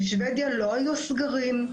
בשבדיה לא היו סגרים,